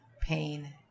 pain